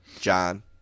John